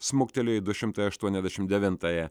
smuktelėjo į du šimtai aštuoniasdešim devintąją